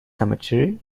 cemetery